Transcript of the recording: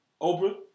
Oprah